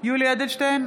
יולי יואל אדלשטיין,